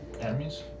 enemies